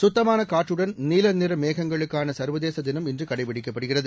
கத்தமானகாற்றுடன் நீலநிறமேகங்களுக்கானசர்வதேசதினம் இன்றுகடைபிடிக்கப் படுகிறது